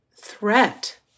threat